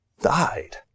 died